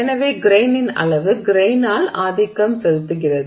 எனவே கிரெய்னின் அளவு கிரெய்னால் ஆதிக்கம் செலுத்துகிறது